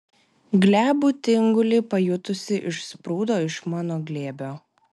glebų tingulį pajutusi išsprūdo iš mano glėbio